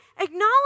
acknowledge